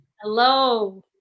Hello